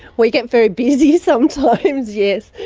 we get very busy sometimes, yes.